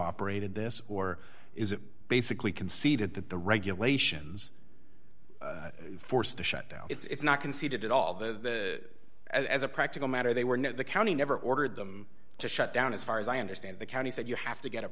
operated this or is it basically conceded that the regulations forced the shutdown it's not conceded at all the as a practical matter they were no the county never ordered them to shut down as far as i understand the county said you have to get a